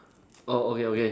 oh okay okay